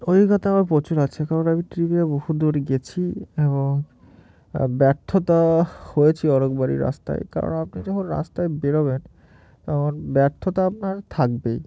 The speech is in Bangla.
অভিজ্ঞতা আমার প্রচুর আছে কারণ আমি ট্রিপে বহু দূর গিয়েছি এবং ব্যর্থতা হয়েছি অনেকবারই রাস্তায় কারণ আপনি যখন রাস্তায় বেরোবেন তখন ব্যর্থতা আপনার থাকবেই